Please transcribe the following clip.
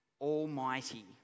almighty